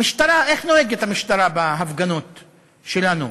המשטרה, איך נוהגת המשטרה בהפגנות שלנו?